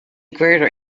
greater